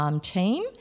team